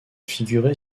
figuré